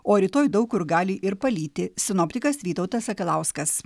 o rytoj daug kur gali ir palyti sinoptikas vytautas sakalauskas